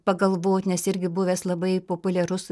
pagalvot nes irgi buvęs labai populiarus